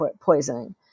poisoning